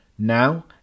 Now